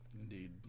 Indeed